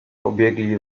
pobiegli